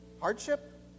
Hardship